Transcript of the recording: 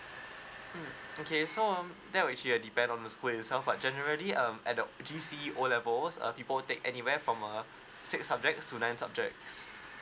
mm okay so um that will actually depend on the school itself but generally um at the G_C_E_O level err people will take anywhere from err six subjects to nine subjects